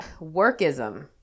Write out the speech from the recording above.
workism